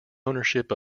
ownership